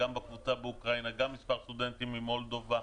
גם בקבוצה באוקראינה וגם בסטודנטים ממולדובה.